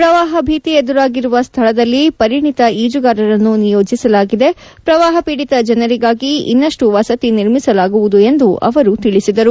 ಪ್ರವಾಹ ಭೀತಿ ಎದುರಾಗಿರುವ ಸ್ಥಳದಲ್ಲಿ ಪರಿಣಿತ ಈಜುಗಾರರನ್ನು ನಿಯೋಜಿಸಲಾಗಿದೆ ಪ್ರವಾಹ ಪೀಡಿತ ಜನರಿಗಾಗಿ ಇನ್ನಷ್ಟು ವಸತಿ ನಿರ್ಮಿಸಲಾಗುವುದು ಎಂದು ಅವರು ತಿಳಿಸಿದರು